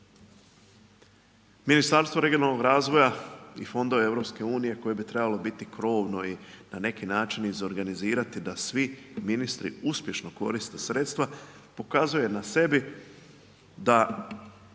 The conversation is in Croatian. Ministarstvo regionalnog razvoja i fondova EU koji bi trebalo biti krovno i na neki način izorganizirati da svi ministri uspješno koriste sredstva pokazuje na sebi da,